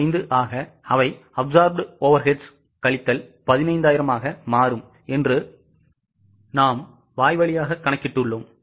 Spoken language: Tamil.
5 ஆக அவை absorbed overheads கழித்தல் 15000 ஆக மாறும் என்று வாய்வழியாக கணக்கிட்டு உள்ளோம்